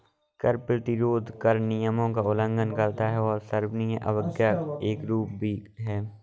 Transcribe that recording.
कर प्रतिरोध कर नियमों का उल्लंघन करता है और सविनय अवज्ञा का एक रूप भी है